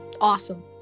awesome